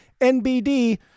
NBD